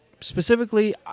specifically